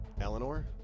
Eleanor